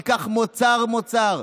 ניקח מוצר-מוצר,